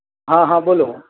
હા બોલો